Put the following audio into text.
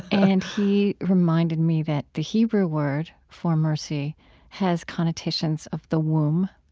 and he reminded me that the hebrew word for mercy has connotations of the womb